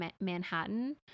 Manhattan